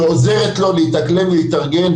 שעוזרת לו להתאקלם, להתארגן.